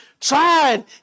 tried